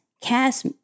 cast